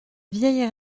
vieille